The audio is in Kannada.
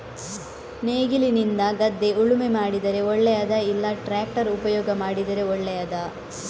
ನೇಗಿಲಿನಿಂದ ಗದ್ದೆ ಉಳುಮೆ ಮಾಡಿದರೆ ಒಳ್ಳೆಯದಾ ಇಲ್ಲ ಟ್ರ್ಯಾಕ್ಟರ್ ಉಪಯೋಗ ಮಾಡಿದರೆ ಒಳ್ಳೆಯದಾ?